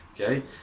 Okay